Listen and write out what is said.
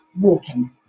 walking